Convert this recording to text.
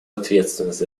ответственность